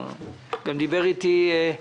דיברו איתי גם